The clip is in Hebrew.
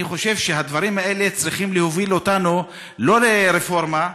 אני חושב שהדברים האלה צריכים להוביל אותנו לא לרפורמה,